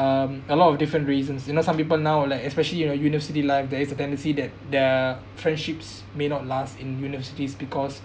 um a lot of different reasons you know some people ah now like especially you know university life there is a tendency that the friendships may not last in universities because